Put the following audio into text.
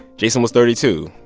jason was thirty two.